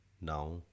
now